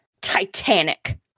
titanic